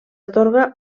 atorga